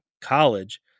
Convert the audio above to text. college